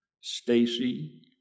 Stacy